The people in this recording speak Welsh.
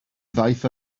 ddaeth